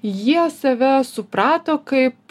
jie save suprato kaip